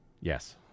Yes